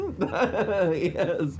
Yes